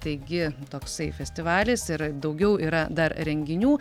taigi toksai festivalis ir daugiau yra dar renginių